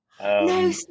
No